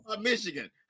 Michigan